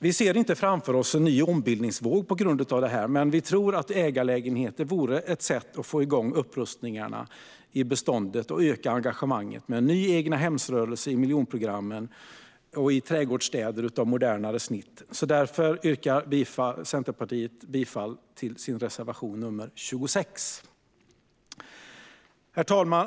Vi ser inte framför oss en ny ombildningsvåg till följd av detta, men vi tror att ägarlägenheter vore ett sätt att få igång upprustningen av beståndet och öka engagemanget med en ny egnahemsrörelse i miljonprogrammen och i trädgårdsstäder av modernare snitt. Därför yrkar jag bifall till Centerpartiets reservation 26. Herr talman!